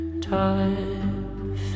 time